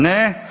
Ne.